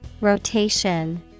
Rotation